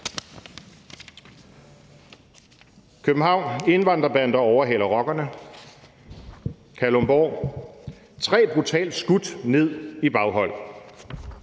København: »Indvandrerbander overhaler rockerne«. Kalundborg: »Tre brutalt skudt ned i baghold«.